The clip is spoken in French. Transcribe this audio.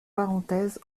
parenthèse